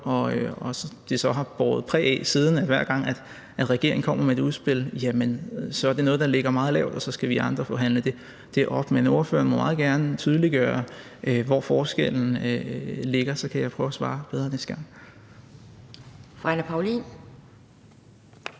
siden har båret præg af, at hver gang regeringen kommer med et udspil, er det noget, der ligger meget lavt, og så skal vi forhandle det op. Men ordføreren må meget gerne tydeliggøre, hvor forskellen ligger, så kan jeg prøve at svare bedre næste gang.